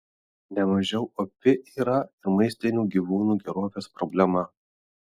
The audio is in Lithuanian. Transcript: nemažiau opi yra ir maistinių gyvūnų gerovės problema